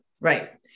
Right